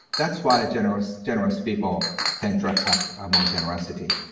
that's why generous generous people tend to attract more generosity.